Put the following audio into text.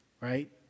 right